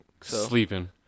sleeping